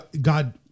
God